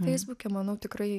feisbuke manau tikrai